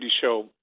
show